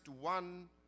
one